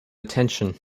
attention